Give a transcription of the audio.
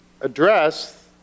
address